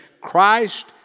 Christ